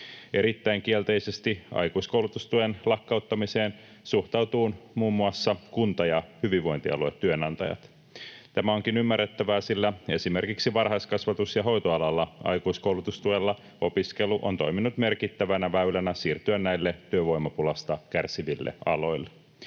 Erittäin kielteisesti aikuiskoulutustuen lakkauttamiseen suhtautuvat muun muassa kunta- ja hyvinvointialuetyönantajat. Tämä onkin ymmärrettävää, sillä esimerkiksi varhaiskasvatus- ja hoitoalalla aikuiskoulutustuella opiskelu on toiminut merkittävänä väylänä siirtyä näille työvoimapulasta kärsiville aloille.